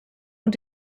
und